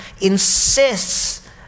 insists